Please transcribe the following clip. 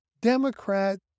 Democrat